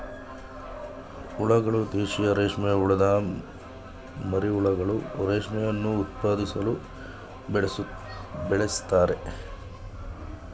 ಹುಳಗಳು ದೇಶೀಯ ರೇಷ್ಮೆಹುಳದ್ ಮರಿಹುಳುಗಳು ರೇಷ್ಮೆಯನ್ನು ಉತ್ಪಾದಿಸಲು ಬೆಳೆಸ್ತಾರೆ